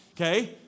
okay